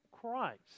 Christ